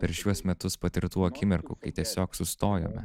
per šiuos metus patirtų akimirkų kai tiesiog sustojome